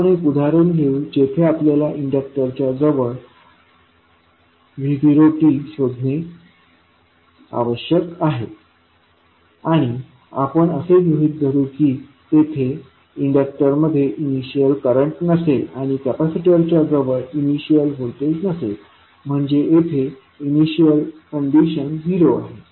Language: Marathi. आपण एक उदाहरण घेऊ जेथे आपल्याला इन्डक्टरच्या जवळ चा vot शोधणे आवश्यक आहे आणि आपण असे गृहीत धरू की तेथे इन्डक्टरमध्ये इनिशियल करंट नसेल किंवा कॅपॅसिटरच्या जवळ इनिशियल व्होल्टेज नसेल म्हणजे येथे इनिशियल कंडिशन 0 आहे